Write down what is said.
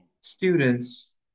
students